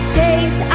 days